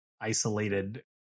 isolated